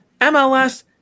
MLS